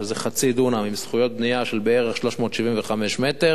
שזה חצי דונם עם זכויות בנייה של בערך 375 מ"ר,